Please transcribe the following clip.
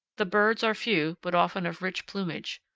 the birds are few, but often of rich plumage.